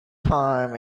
time